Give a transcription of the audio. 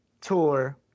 tour